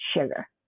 sugar